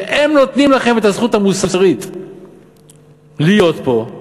שהם נותנים לכם את הזכות המוסרית להיות פה,